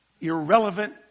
irrelevant